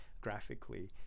graphically